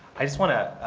i just want to